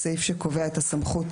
הסעיף הקובע את סמכות